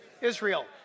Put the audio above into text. Israel